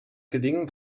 gelingen